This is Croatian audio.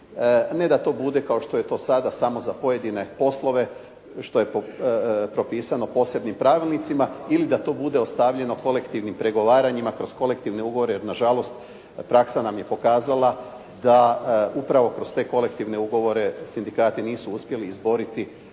Ne da to bude kao što je to sada za pojedine poslove, što je propisano posebnim pravilnicima ili da to bude ostavljeno kolektivnim pregovaranjima kroz kolektivne ugovore, jer na žalost praksa nam je pokazala da upravo kroz te kolektivne ugovore sindikati nisu uspjeli izboriti